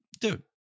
Dude